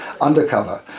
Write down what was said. undercover